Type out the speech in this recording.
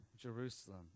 Jerusalem